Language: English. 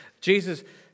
Jesus